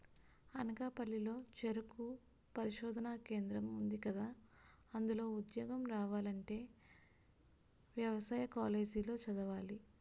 అనకాపల్లి లో చెరుకు పరిశోధనా కేంద్రం ఉందికదా, అందులో ఉద్యోగం రావాలంటే యవసాయ కాలేజీ లో చదవాలి